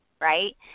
Right